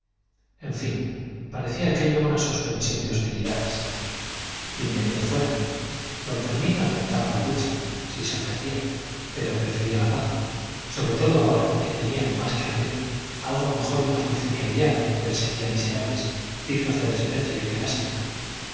en fin parecía aquello una suspensión de hostilidades bien venido fuera don fermín aceptaba la lucha si se ofrecía pero prefería la paz sobre todo ahora que tenía más que hacer algo mejor y más dulce que odiar y perseguir a miserables dignos de desprecio y de lástima